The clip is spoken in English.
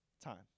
time